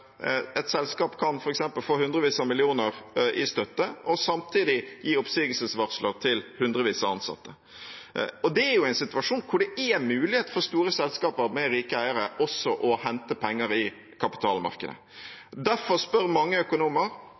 et selskap kan få f.eks. hundrevis av millioner i støtte og samtidig gi oppsigelsesvarsler til hundrevis av ansatte. Det er i en situasjon hvor det er mulighet for store selskaper med rike eiere også å hente penger i kapitalmarkedet. Derfor spør mange økonomer